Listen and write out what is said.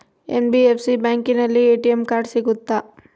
NBFC ಬ್ಯಾಂಕಿನಲ್ಲಿ ATM card ಸಿಗುತ್ತಾ?